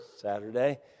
Saturday